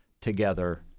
together